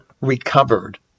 recovered